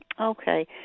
Okay